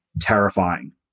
terrifying